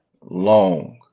long